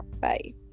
bye